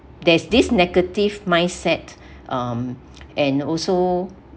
there's this negative mindset um and also